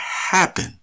happen